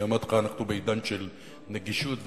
אנחנו בעידן של נגישות,